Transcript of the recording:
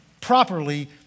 properly